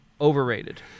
overrated